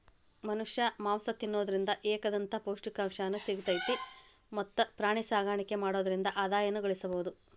ಮನಷ್ಯಾ ಮಾಂಸ ತಿನ್ನೋದ್ರಿಂದ ಬೇಕಾದಂತ ಪೌಷ್ಟಿಕಾಂಶನು ಸಿಗ್ತೇತಿ ಮತ್ತ್ ಪ್ರಾಣಿಸಾಕಾಣಿಕೆ ಮಾಡೋದ್ರಿಂದ ಆದಾಯನು ಗಳಸಬಹುದು